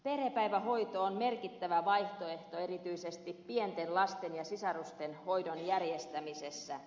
perhepäivähoito on merkittävä vaihtoehto erityisesti pienten lasten ja sisarusten hoidon järjestämisessä